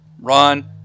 run